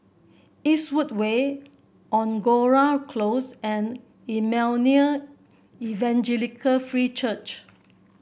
Eastwood Way Angora Close and Emmanuel Evangelical Free Church